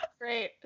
great